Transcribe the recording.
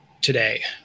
today